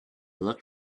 looked